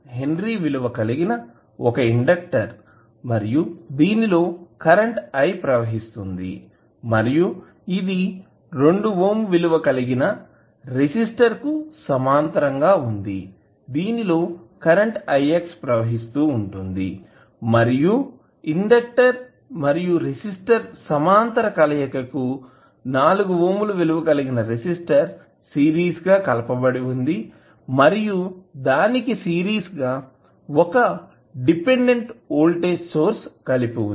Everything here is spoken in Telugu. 5 H విలువ కలిగిన ఒక ఇండెక్టర్ దీనిలో కరెంటు i ప్రవహిస్తుంది మరియు ఇది 2 ఓం విలువ కలిగిన రెసిస్టర్ కు సమాంతరంగా వుంది దీనిలో కరెంటు i x ప్రవహిస్తుంది మరియు ఇండెక్టర్ మరియు రెసిస్టర్ సమాంతర కలయిక కి 4 ఓం విలువ కలిగిన రెసిస్టర్ సిరీస్ గా కలపబడి ఉంది మరియు దానికి సిరీస్ గా ఒక డిపెండెంట్ వోల్టేజ్ సోర్స్ కలిపి వుంది